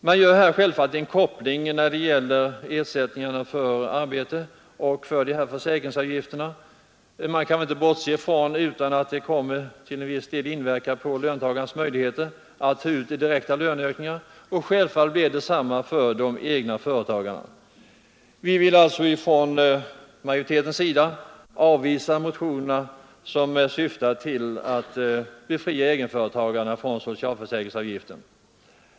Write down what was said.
Man gör här en koppling mellan ersättningen för arbete och dessa försäkringsavgifter. Det går inte att bortse ifrån att detta till viss del kommer att påverka löntagarnas möjligheter till direkta löneökningar. Detsamma blir förhållandet för egenföretagarna. Vi vill alltså från utskottsmajoritetens sida avvisa de motioner som syftar till att befria egenföretagarna från socialförsäkringsavgiften.